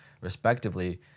respectively